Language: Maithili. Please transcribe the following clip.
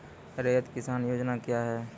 रैयत किसान योजना क्या हैं?